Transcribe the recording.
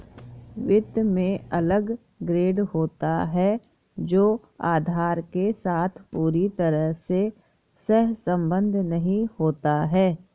वित्त में अलग ग्रेड होता है जो आधार के साथ पूरी तरह से सहसंबद्ध नहीं होता है